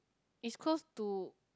is close to